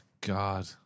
God